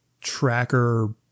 tracker